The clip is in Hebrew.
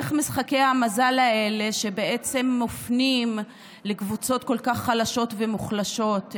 משחקי המזל האלה מופנים לקבוצות כל כך חלשות ומוחלשות,